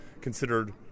considered